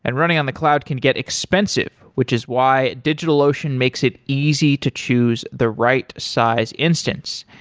and running on the cloud can get expensive, which is why digitalocean makes it easy to choose the right size instance.